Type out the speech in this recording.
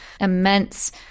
immense